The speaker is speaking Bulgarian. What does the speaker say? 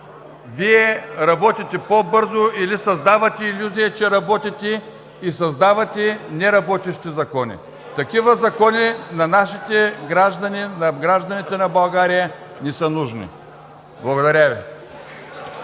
Вие работите по-бързо или създавате илюзия, че работите и създавате неработещи закони. Такива закони на нашите граждани, на гражданите на България, не са нужни. Благодаря Ви.